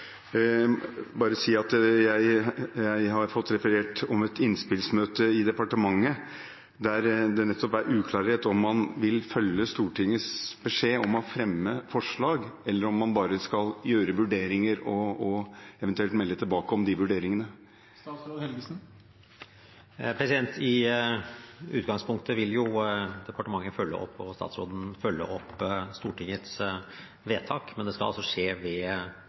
bare si at jeg har fått referert fra et innspillsmøte i departementet, der det nettopp var uklart om man vil følge Stortingets beskjed om å fremme forslag, eller om man bare skal gjøre vurderinger og eventuelt melde tilbake de vurderingene. I utgangspunktet vil departementet og statsråden følge opp Stortingets vedtak, men det skal skje ved